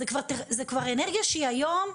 זו כבר אנרגיה שהיא היום,